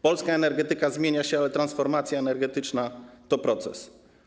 Polska energetyka zmienia się, ale transformacja energetyczna to proces.